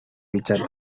richard